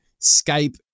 Skype